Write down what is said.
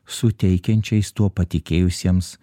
suteikiančiais tuo patikėjusiems